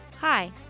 Hi